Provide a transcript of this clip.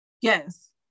yes